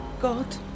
God